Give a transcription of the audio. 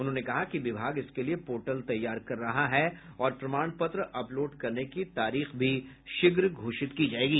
उन्होंने कहा कि विभाग इसके लिए पोर्टल तैयार कर रहा है और प्रमाण पत्र अपलोड करने की तारीख भी शीघ्र घोषित की जायेगी